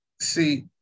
See